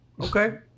okay